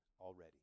already